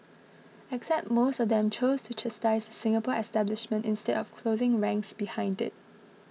except most of them chose to chastise Singapore establishment instead of closing ranks behind it